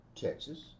texas